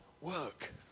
work